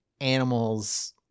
animals